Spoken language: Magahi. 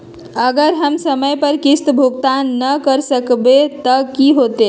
अगर हम समय पर किस्त भुकतान न कर सकवै त की होतै?